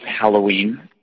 Halloween